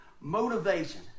Motivation